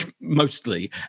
mostly